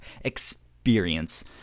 experience